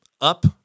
up